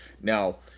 Now